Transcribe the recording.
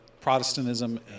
Protestantism